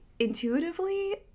intuitively